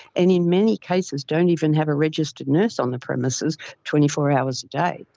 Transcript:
and in many cases don't even have a registered nurse on the premises twenty four hours a day.